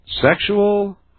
sexual